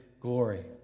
glory